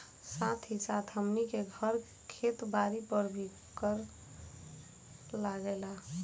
साथ ही साथ हमनी के घर, खेत बारी पर भी कर लागेला